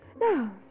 Now